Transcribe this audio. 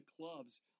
clubs